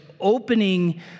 opening